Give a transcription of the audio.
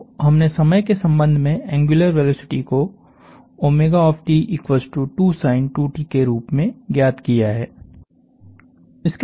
तो हमने समय के संबंध में एंग्यूलर वेलोसिटी को 2 sin के रूप में ज्ञात किया है